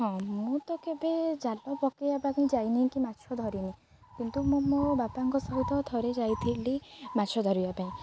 ହଁ ମୁଁ ତ କେବେ ଜାଲ ପକେଇବା ପାଇଁ ଯାଇନି କି ମାଛ ଧରିନି କିନ୍ତୁ ମୁଁ ମୋ ବାପାଙ୍କ ସହିତ ଥରେ ଯାଇଥିଲି ମାଛ ଧରିବା ପାଇଁ